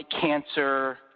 cancer